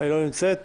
לא נמצאת.